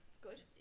good